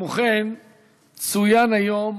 נעבור